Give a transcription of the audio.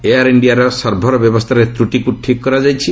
air ଇଣ୍ଡିଆର server ବ୍ୟବସ୍ଥାରେ ତ୍ରୁଟିକୁ ଠିକ୍ କରାଯାଇଛି